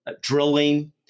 drilling